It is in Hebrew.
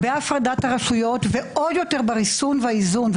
בהפקדת הרשויות ועוד יותר בריסון והאיזון,